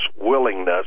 willingness